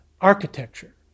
architecture